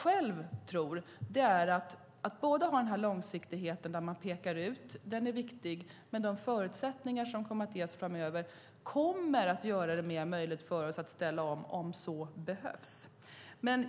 Jag tror att både långsiktighet och framtida förutsättningar kommer att göra det mer möjligt för oss att ställa om - om så behövs.